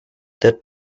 dead